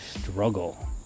struggle